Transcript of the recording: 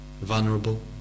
Vulnerable